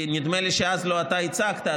נדמה שאז לא אתה הצגת,